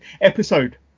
episode